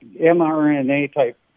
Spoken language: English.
mRNA-type